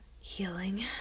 healing